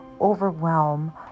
overwhelm